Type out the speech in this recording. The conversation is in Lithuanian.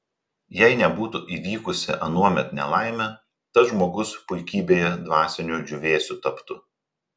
jei nebūtų įvykusi anuomet nelaimė tas žmogus puikybėje dvasiniu džiūvėsiu taptų